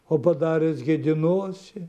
o padaręs gėdinuosi